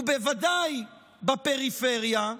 ובוודאי בפריפריה.